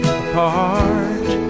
apart